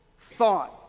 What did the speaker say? thought